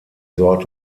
sorte